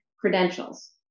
credentials